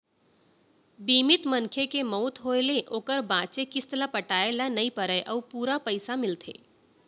बीमित मनखे के मउत होय ले ओकर बांचे किस्त ल पटाए ल नइ परय अउ पूरा पइसा मिलथे